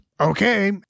Okay